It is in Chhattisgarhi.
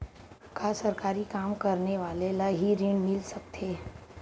का सरकारी काम करने वाले ल हि ऋण मिल सकथे?